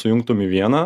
sujungtum į vieną